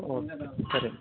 okay ಸರಿ